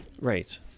Right